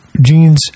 jeans